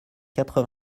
quatre